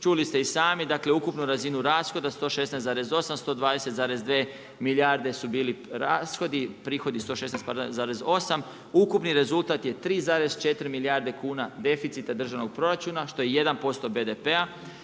čuli ste i sami, dakle ukupnu razinu raskoda 116,800 20,2 milijarde su bili rashodi, prihodi pardon 116,8, ukupni rezultat je 3,4 milijarde kuna, deficita državnog proračuna što je 1% BDP-a.